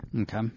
Okay